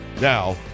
Now